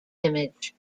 image